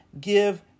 give